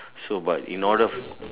so but in order for